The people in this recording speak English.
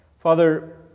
Father